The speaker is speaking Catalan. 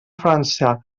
frança